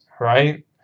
right